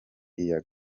iya